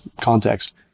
context